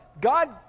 God